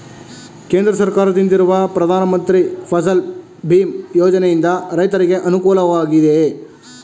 ಕೇಂದ್ರ ಸರ್ಕಾರದಿಂದಿರುವ ಪ್ರಧಾನ ಮಂತ್ರಿ ಫಸಲ್ ಭೀಮ್ ಯೋಜನೆಯಿಂದ ರೈತರಿಗೆ ಅನುಕೂಲವಾಗಿದೆಯೇ?